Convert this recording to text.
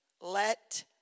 let